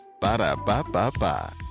Ba-da-ba-ba-ba